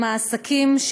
הם העסקים,